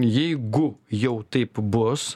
jeigu jau taip bus